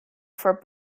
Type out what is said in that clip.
for